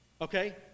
okay